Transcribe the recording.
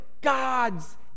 God's